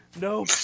No